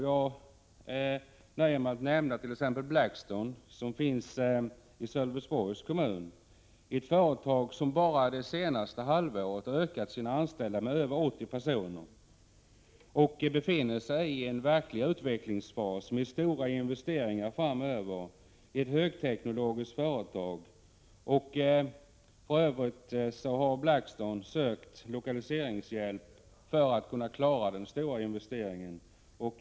Jag nöjer mig med att nämna Blackstone, som finns i Sölvesborgs kommun. Det är ett företag som bara det senaste halvåret ökat antalet anställda med över 80 personer och befinner sig i en verklig utvecklingsfas med stora investeringar framöver, ett högteknologiskt företag. I övrigt har Blackstone sökt lokaliseringshjälp för att kunna klara den stora investeringen.